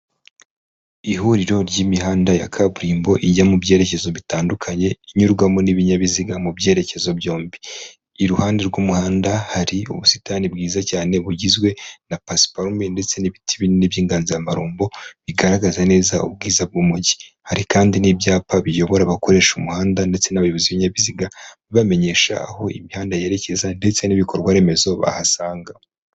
Ihuriro ry'imihanda ya kaburimbo ijya mu byerekezo bitandukanye, inyurwamo n'ibinyabiziga mu byerekezo byombi, iruhande rw'umuhanda hari ubusitani bwiza cyane bugizwe na pasiparume ndetse n'ibiti binini by'inganzamarumbo, bigaragaza neza ubwiza bw'umujyi, hari kandi n'ibyapa biyobora abakoresha umuhanda ndetse n'abayobozi b'inyabiziga, bibamenyesha aho imihanda yerekeza ndetse n'ibikorwaremezo bahasanga.